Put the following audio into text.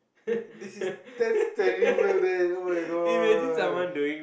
this is that's terrible then [oh]-my-god